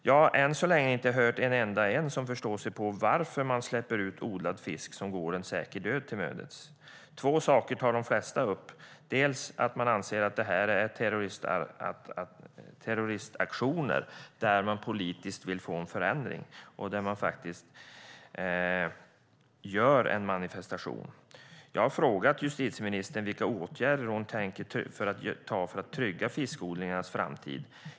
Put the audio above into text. Jag har än så länge inte hört en enda person som förstår sig på varför man släpper ut odlad fisk som går en säker död till mötes. De flesta tar upp två saker. De anser att detta är terroristaktioner där man politiskt vill få en förändring och att man faktiskt gör en manifestation. Jag har frågat justitieministern vilka åtgärder hon tänker vidta för att trygga fiskodlingarnas framtid.